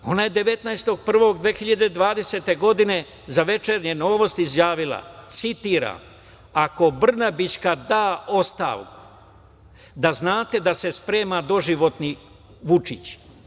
Ona je 19.01.2020. godine za „Večernje novosti“ izjavila, citiram: „Ako Brnabićka da ostavku, da znate da se sprema doživotni Vučić.